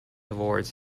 awards